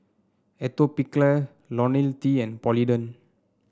Atopiclair LoniL T and Polident